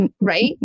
Right